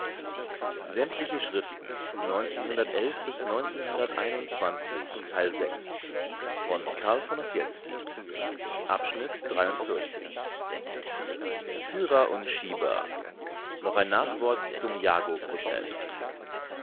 schriften führer und schieber noch ein nachwort zum